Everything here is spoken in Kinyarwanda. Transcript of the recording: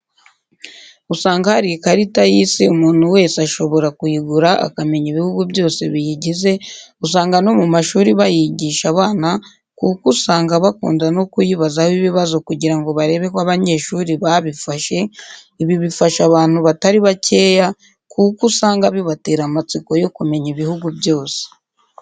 Usanga hari ikarita y'isi umuntu wese ashobora kuyigura akamenya ibihugu byose biyigize, usanga no mu mashuri bayigisha abana kuko usanga bakunda no kuyibazaho ibibazo kugira ngo barebe ko abanyeshuri babifashe, ibi bifasha abantu batari bakeya kuko usanga bibatera amatsiko yo kumenya ibihugu byose.